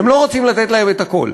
אתם לא רוצים לתת להם את הכול,